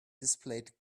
displayed